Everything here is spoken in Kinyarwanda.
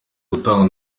gutangwa